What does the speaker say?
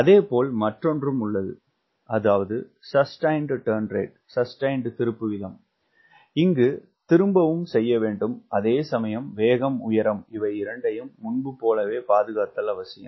அதே போல் மற்றொன்றும் உள்ளது சஸ்டெயிண்டு திருப்பு வீதம் இங்கு திரும்பவும் செய்யவேண்டும் அதே சமயம் வேகம் உயரம் இவையிரண்டையும் முன்பு போலவே பாதுகாத்தல் அவசியம்